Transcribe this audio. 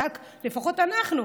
צעק: לפחות אנחנו.